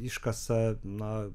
iškasa na